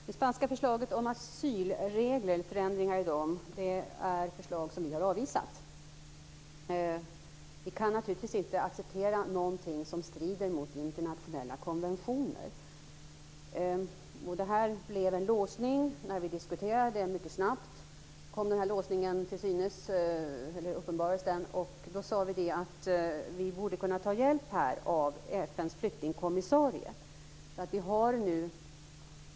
Fru talman! Det spanska förslaget om förändringar i asylreglerna är ett förslag som vi har avvisat. Vi kan naturligtvis inte acceptera någonting som strider mot internationella konventioner. Det blev en låsning när vi diskuterade frågan. Den uppenbarades mycket snabbt. Då sade vi att vi borde kunna ta hjälp av FN:s flyktingkommissarie.